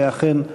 ואכן,